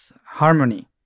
harmony